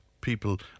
people